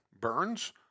Burns